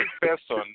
person